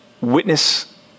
witness